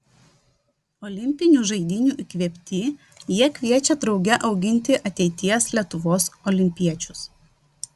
olimpinių žaidynių įkvėpti jie kviečia drauge auginti ateities lietuvos olimpiečius